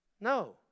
No